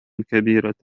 كبيرة